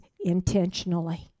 intentionally